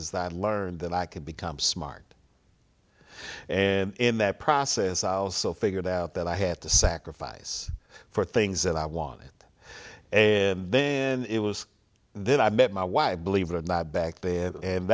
is that i learned that i could become smart and in that process also figured out that i had to sacrifice for things that i want it and then it was then i met my wife believe it or not back there and